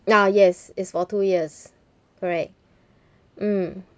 uh yes it's for two years correct mm